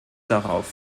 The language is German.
darauf